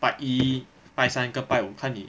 拜一拜三跟拜五看你